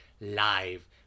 live